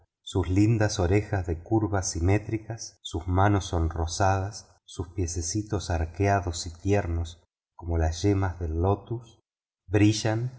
sus lindas orejas de curvas simétricas sus manos sonrosadas sus piececitos arqueados y tiernos como las yemas del lotus brillan